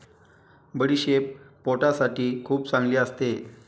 बडीशेप पोटासाठी खूप चांगली असते